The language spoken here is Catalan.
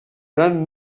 gran